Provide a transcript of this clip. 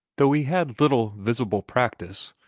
though he had little visible practice,